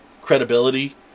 credibility